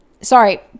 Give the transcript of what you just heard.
Sorry